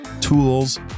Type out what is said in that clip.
tools